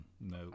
no